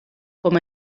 com